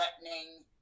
threatening